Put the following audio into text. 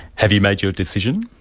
have you made your decision?